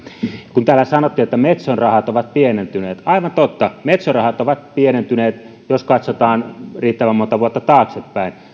kun täällä sanottiin että metso rahat ovat pienentyneet niin aivan totta metso rahat ovat pienentyneet jos katsotaan riittävän monta vuotta taaksepäin